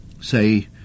say